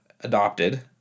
adopted